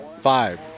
five